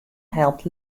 helpt